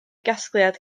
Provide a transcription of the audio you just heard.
gasgliad